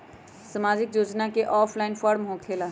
समाजिक योजना offline form होकेला?